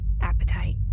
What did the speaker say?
appetite